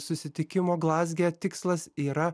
susitikimo glazge tikslas yra